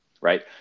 right